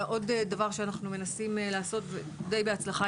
עוד דבר שאנחנו מנסים לעשות עם הצבא ודי בהצלחה